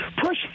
push